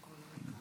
תודה רבה,